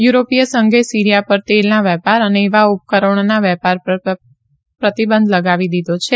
યુરોપીય સંઘે સીરીયા પર તેલના વેપાર અને એવા ઉપકરણોના વેપાર પર પ્રતિબંધ લગાવી દીધો છે